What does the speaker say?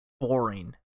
boring